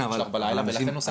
זה נשלח בלילה ולכן הוספנו --- כן,